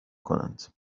کنند